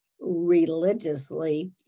religiously